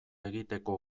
egiteko